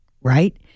right